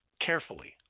carefully